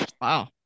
Wow